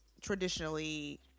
traditionally